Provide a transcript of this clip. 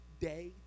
day